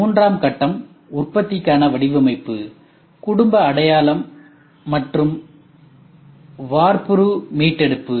மூன்றாம் கட்டம் உற்பத்திக்கான வடிவமைப்பு குடும்ப அடையாளம் மற்றும் வார்ப்புரு மீட்டெடுப்பு